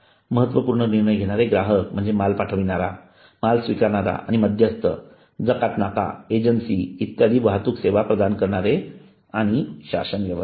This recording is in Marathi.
महत्त्वपूर्ण निर्णय घेणारे ग्राहक म्हणजे माल पाठविणारा माल स्वीकारणारा किंवा मध्यस्थ जकात नाका एजन्सी इत्यादी वाहतूक सेवा प्रदान करणारे आणि शासन व्यवस्था